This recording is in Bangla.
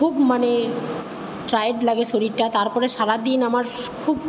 খুব মানে টায়ার্ড লাগে শরীরটা তারপরে সারা দিন আমারস্ খুব